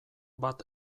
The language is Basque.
bat